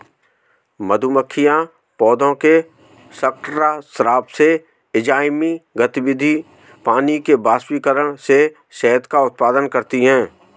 मधुमक्खियां पौधों के शर्करा स्राव से, एंजाइमी गतिविधि, पानी के वाष्पीकरण से शहद का उत्पादन करती हैं